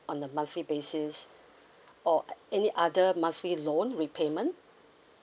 on a monthly basis or any other monthly loan repayment